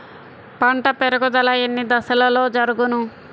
పంట పెరుగుదల ఎన్ని దశలలో జరుగును?